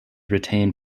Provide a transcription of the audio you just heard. retained